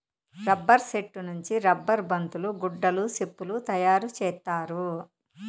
rubber సెట్టు నుంచి rubber బంతులు గుడ్డలు సెప్పులు తయారు చేత్తారు